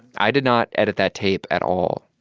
i did not edit that tape at all